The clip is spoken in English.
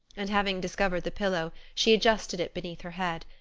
and having discovered the pillow, she adjusted it beneath her head.